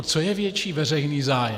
Co je větší veřejný zájem?